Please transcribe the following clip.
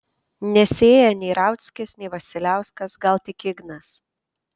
nesėja nei rauckis nei vasiliauskas gal tik ignas